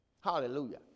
Hallelujah